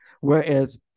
Whereas